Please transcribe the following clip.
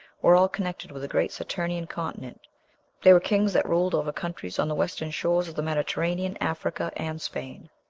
were all connected with a great saturnian continent they were kings that ruled over countries on the western shores of the mediterranean, africa and spain.